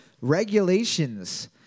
regulations